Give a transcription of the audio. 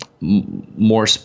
more